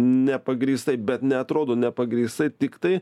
nepagrįstai bet neatrodo nepagrįsai tiktai